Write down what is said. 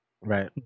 Right